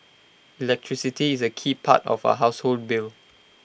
electricity is A key part of A household bill